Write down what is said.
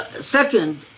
second